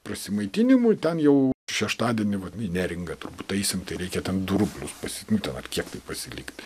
prasimaitinimui ten jau šeštadienį vat neringą turbūt eisim tai reikia ten du rublius pasiimti ar kiek tai pasilikti